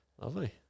Lovely